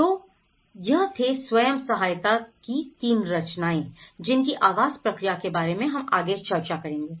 तो यह थे स्वयं सहायता की तीन रचनाएं जिनकी आवास प्रक्रिया के बारे में हम आगे चर्चा करेंगे